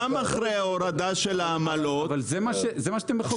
אבל זה מה שאתם מחוקקים.